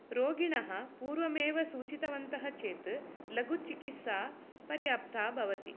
रोगिणः पूर्वमेव सूचितवन्तः चेत् लघुचिकित्सा पर्याप्ता भवति